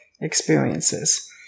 experiences